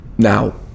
Now